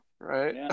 Right